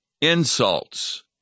insults